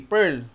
Pearl